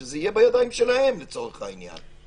שזה יהיה בידיים שלהם לצורך העניין.